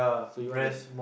so you want that